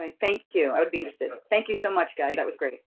ah thank you. i'd be interested. but thank you so much, guys, that was great.